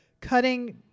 cutting